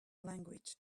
language